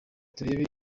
turebe